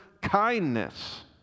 kindness